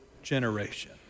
generation